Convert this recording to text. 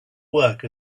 work